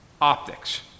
optics